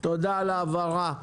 תודה על ההבהרה.